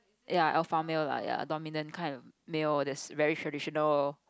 ya alpha male lah ya dominant kind of male that is very traditional